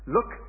Look